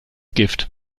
gift